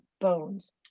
bones